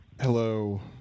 Hello